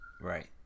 right